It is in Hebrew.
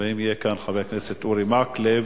ואם יהיה כאן, חבר הכנסת אורי מקלב.